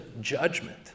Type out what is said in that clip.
judgment